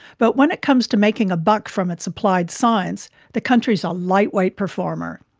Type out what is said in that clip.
but when it comes to making a buck from its applied science, the country's a light-weight performer.